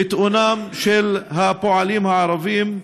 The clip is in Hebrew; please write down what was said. ביטאונם של הפועלים הערבים,